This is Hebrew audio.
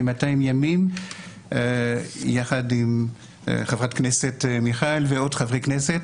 200 ימים יחד עם חברת הכנסת מיכל ועוד חברי כנסת.